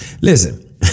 Listen